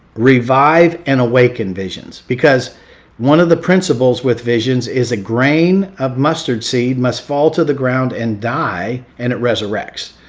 revive and awaken visions, because one of the principals with visions is a grain of mustard seed must fall to the ground and die and it resurrects.